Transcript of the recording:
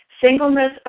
Singleness